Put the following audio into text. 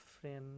friend